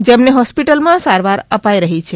જેમને હોસ્પિટલોમાં સારવાર અપાઇ રહી છે